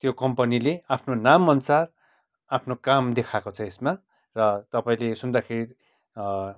त्यो कम्पनीले आफ्नो नाम अनुसार आफ्नो काम देखाएको छ यसमा र तपाईँले सुन्दाखेरि